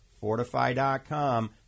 Fortify.com